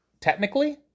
technically